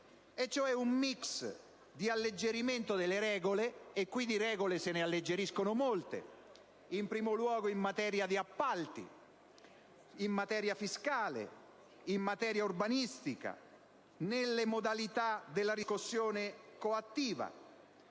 cioè un *mix* di alleggerimento delle regole. Qui di regole se ne alleggeriscono molte, in primo luogo in materia di appalti, in materia fiscale, in materia urbanistica e nelle modalità della riscossione coattiva.